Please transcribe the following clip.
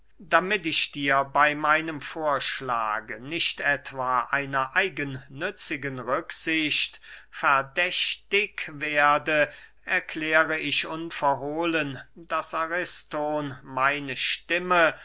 damit ich dir bey meinem vorschlage nicht etwa einer eigennützigen rücksicht verdächtig werde erkläre ich unverhohlen daß ariston meine stimme